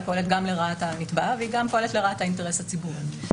גם לרעת הנתב והיא פועלת גם לרעת האינטרס הציבורי.